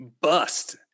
bust